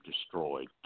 destroyed